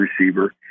receiver